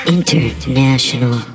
International